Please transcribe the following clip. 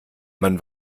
man